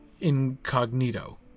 incognito